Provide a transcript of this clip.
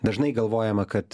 dažnai galvojama kad